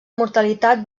mortalitat